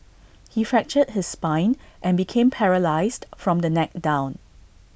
he fractured his spine and became paralysed from the neck down